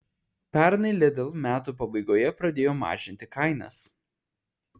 pernai lidl metų pabaigoje pradėjo mažinti kainas